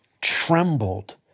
trembled